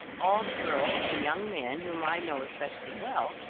all the girls and young men whom i know especially well,